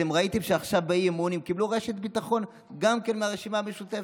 אתם ראיתם שעכשיו באי-אמון הם קיבלו רשת ביטחון גם מהרשימה המשותפת,